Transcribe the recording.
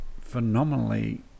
phenomenally